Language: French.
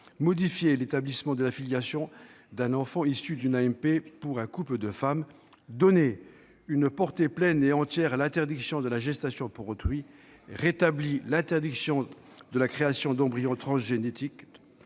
modifié l'établissement de la filiation d'un enfant issu d'une AMP par un couple de femmes ; donné une portée pleine et entière à l'interdiction de la gestation pour autrui ; rétabli l'interdiction de la création d'embryons transgéniques